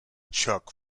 chuck